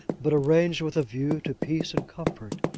but arranged with a view to peace and comfort.